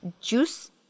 juice